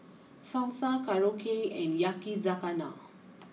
Salsa Korokke and Yakizakana